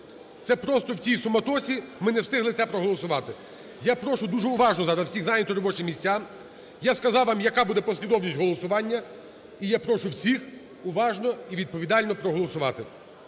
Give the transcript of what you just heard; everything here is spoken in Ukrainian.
Це просто в тійсуматосі ми не встигли це проголосувати. Я прошу дуже уважно зараз всіх зайняти робочі місця, я сказав вам, яка буде послідовність голосування і я прошу всіх уважно і відповідально проголосувати.